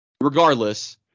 Regardless